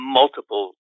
multiple